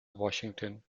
washington